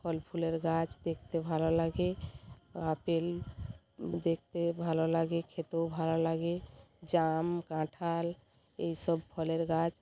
ফল ফুলের গাছ দেখতে ভালো লাগে আপেল দেখতে ভালো লাগে খেতেও ভালো লাগে জাম কাঁঠাল এই সব ফলের গাছ